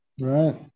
Right